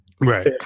Right